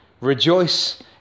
Rejoice